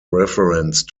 reference